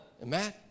Amen